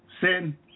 sin